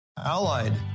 allied